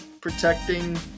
protecting